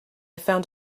found